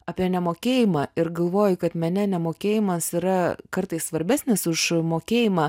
apie nemokėjimą ir galvoji kad mene nemokėjimas yra kartais svarbesnis už mokėjimą